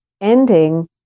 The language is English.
ending